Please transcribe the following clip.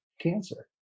cancer